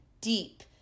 deep